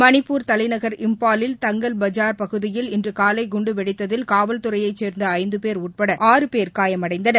மணிப்பூர் தலைநகர் இம்பாலில் தங்கல் பஜார் பகுதியில் இன்று காலை குண்டு வெடித்தில் காவல்துறையை சேரந்த ஐந்து பேர் உட்பட ஆறு பேர் காயமடைந்தனர்